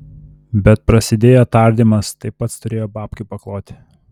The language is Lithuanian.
bet prasidėjo tardymas tai pats turėjo babkių pakloti